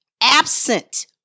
absent